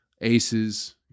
aces